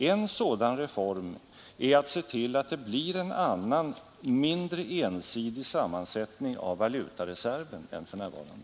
En sådan reform är att se till att det blir en annan och mindre ensidig sammansättning av valutareserven än för närvarande.